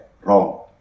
wrong